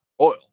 oil